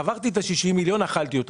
עברתי את ה-60 מיליון שקל "אכלתי אותה".